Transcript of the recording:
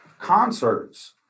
concerts